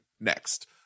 next